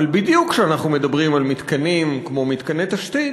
אבל בדיוק כשאנחנו מדברים על מתקנים כמו מתקני תשתית,